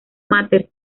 máter